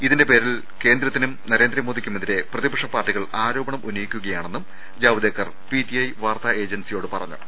ഇതിന്റെ പേരിൽ കേന്ദ്രത്തിനും നരേന്ദ്ര മോദിക്കുമെതിരെ പ്രതിപക്ഷ പാർട്ടികൾ ആരോപണം ഉന്നയിക്കുക യാണെന്നും ജാവ്ദേക്കർ പിടിഐ വാർത്താ ഏജൻസിയോട് പറ ഞ്ഞു